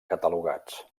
catalogats